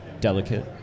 delicate